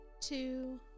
two